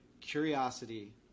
curiosity